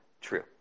true